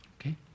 Okay